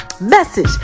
message